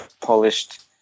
polished